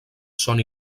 són